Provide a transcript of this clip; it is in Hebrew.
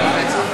איזה הפתעה.